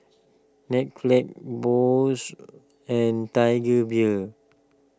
Bose and Tiger Beer